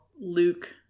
Luke